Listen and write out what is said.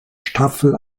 staffel